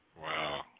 Wow